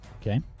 Okay